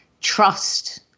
trust